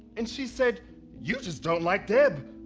and she said you just don't like deb.